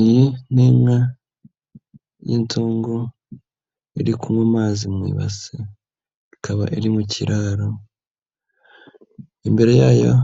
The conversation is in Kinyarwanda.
Iyi ni n'inka y'inzungu iri kunywa amazi mu ibasi ikaba iri mu kiraro imbere yayo